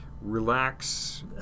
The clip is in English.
relax